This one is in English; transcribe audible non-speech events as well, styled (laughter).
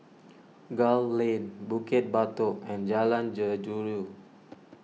Gul Lane Bukit Batok and Jalan (unintelligible)